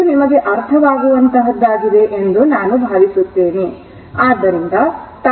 ಇದು ನಿಮಗೆ ಅರ್ಥವಾಗುವಂತಹದ್ದಾಗಿದೆ ಎಂದು ನಾನು ಭಾವಿಸುತ್ತೇನೆ